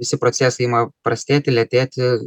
visi procesai ima prastėti lėtėti